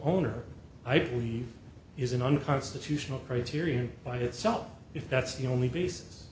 owner i believe is an unconstitutional criterion by itself if that's the only basis